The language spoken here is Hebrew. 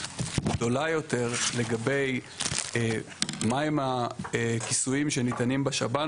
גדולה יותר לגבי מהם הכיסויים שניתנים בשב"ן,